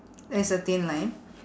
it's a thin line